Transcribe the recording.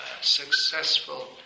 successful